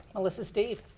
melissa stuive.